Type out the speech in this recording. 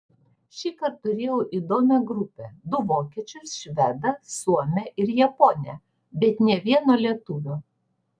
šįkart turėjau įdomią grupę du vokiečius švedą suomę ir japonę bet nė vieno lietuvio